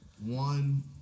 One